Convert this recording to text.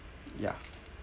ya